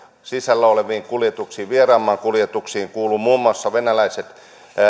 sisällä oleviin kuljetuksiin vieraan maan kuljetuksiin kuuluvat muun muassa venäläiset